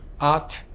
art